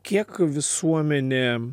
kiek visuomenė